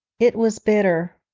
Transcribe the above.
it was bitter.